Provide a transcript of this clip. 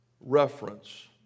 reference